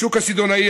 השוק הסיטונאי,